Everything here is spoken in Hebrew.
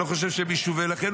לכן,